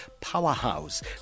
Powerhouse